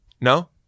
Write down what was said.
No